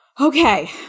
Okay